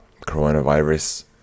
coronavirus